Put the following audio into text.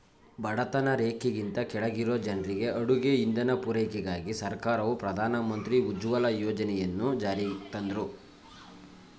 ಬಡತನ ರೇಖೆಗಿಂತ ಕೆಳಗಿರೊ ಜನ್ರಿಗೆ ಅಡುಗೆ ಇಂಧನ ಪೂರೈಕೆಗಾಗಿ ಸರ್ಕಾರವು ಪ್ರಧಾನ ಮಂತ್ರಿ ಉಜ್ವಲ ಯೋಜನೆಯನ್ನು ಜಾರಿಗ್ತಂದ್ರು